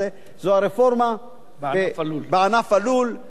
זה הרפורמה בענף הלול.